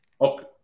Okay